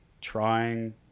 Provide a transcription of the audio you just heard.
trying